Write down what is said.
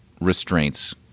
restraints